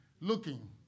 looking